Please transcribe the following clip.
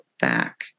back